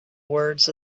words